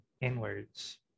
inwards